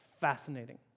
fascinating